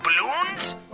balloons